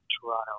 toronto